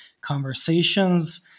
conversations